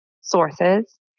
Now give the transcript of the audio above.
sources